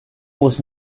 was